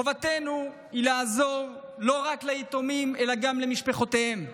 חובתנו היא לעזור לא רק ליתומים אלא גם למשפחותיהם.